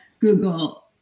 Google